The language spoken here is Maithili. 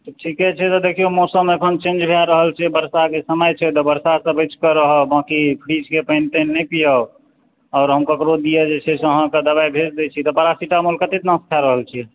तऽ ठीके छै तऽ देखियौ मौसम एखन चेन्ज भए रहल छै वर्षाकेँ समय छै तऽ वर्षा से बचि कऽ रहब बाँकी फ्रिजकेँ पानि तानि नहि पीअब आओर हम ककरो दिआ जे छै से आहाँकेँ दवाइ भेज दै छी पारासिटामोल कते दिनासँ खाय रहल छियै